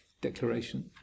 declaration